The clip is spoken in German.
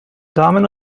damen